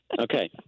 Okay